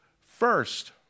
first